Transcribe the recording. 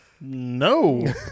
No